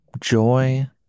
joy